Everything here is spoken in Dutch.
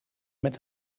met